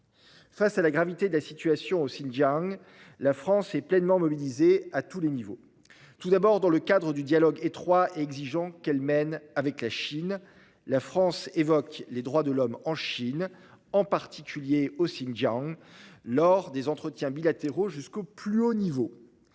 Face à la gravité de la situation au Xinjiang, la France est pleinement mobilisée à tous les niveaux. Tout d'abord, dans le cadre du dialogue étroit et exigeant qu'elle mène avec la Chine, la France évoque les droits de l'homme en Chine, en particulier au Xinjiang, lors des entretiens bilatéraux jusqu'au plus haut niveau.